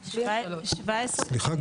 סליחה,